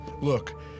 Look